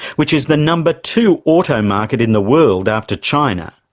which is the number two auto market in the world after china.